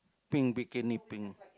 pink bikini pink